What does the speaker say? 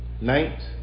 night